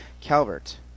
Calvert